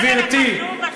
גברתי,